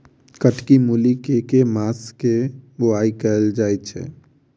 कत्की मूली केँ के मास मे बोवाई कैल जाएँ छैय?